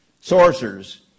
sorcerers